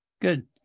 Good